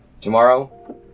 Tomorrow